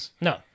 No